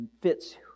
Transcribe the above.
fits